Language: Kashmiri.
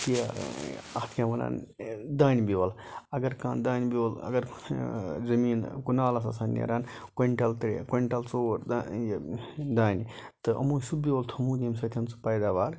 کہِ اَتھ کیاہ وَنان دانہِ بیول اَگر کانہہ دانہِ بیول اَگر زٔمیٖن کَنالَس آسَن نیران کوینٹَل تہِ کوینٹَل ژور یہِ دانہِ تہٕ یِمَو چھُ سُہ بیول تھومُت ییٚمہِ سۭتۍ سُہ پٲداوار